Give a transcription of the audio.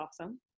awesome